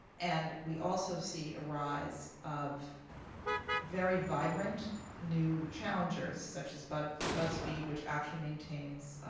and we also see a rise of very vibrant new challengers, such as but buzzfeed, which actually maintains